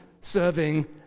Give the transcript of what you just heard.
serving